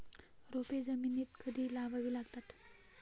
रोपे जमिनीत कधी लावावी लागतात?